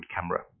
camera